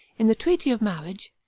in the treaty of marriage,